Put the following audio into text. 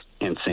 insane